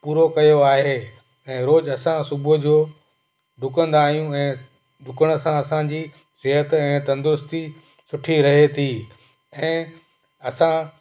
पूरो कयो आहे ऐं रोज़ु असां सुबुह जो डुकंदा आहियूं ऐं डुकण सां असांजी सिहत ऐं तंदुरुस्ती सुठी रहे थी ऐं असां